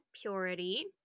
Purity